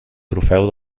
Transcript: trofeu